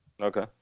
Okay